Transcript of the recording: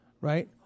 right